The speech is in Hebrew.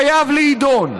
חייב להידון,